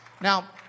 Now